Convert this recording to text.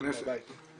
הכנסת.